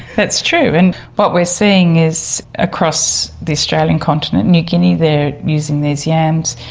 that's true, and what we're seeing is across the australian continent, new guinea, they are using these yams,